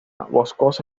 boscosa